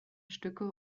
stücke